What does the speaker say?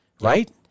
right